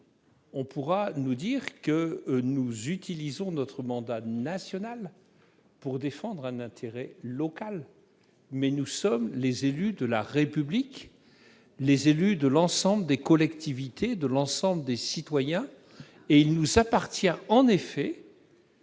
on pourra arguer que nous utilisons notre mandat national pour défendre un intérêt local. Mais nous sommes les élus de la République, les élus de l'ensemble des collectivités et des citoyens, et il nous appartient effectivement